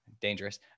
dangerous